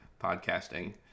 podcasting